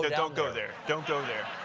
there. don't go there. don't go there.